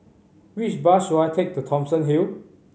which bus should I take to Thomson Hill